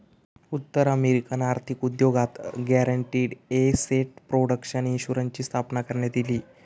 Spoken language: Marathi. उत्तर अमेरिकन आर्थिक उद्योगात गॅरंटीड एसेट प्रोटेक्शन इन्शुरन्सची स्थापना करण्यात इली